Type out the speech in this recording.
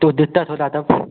तो दिक्कत हो जाता